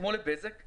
כמו לבזק,